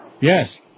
Yes